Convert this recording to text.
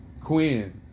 Quinn